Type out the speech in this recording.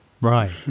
Right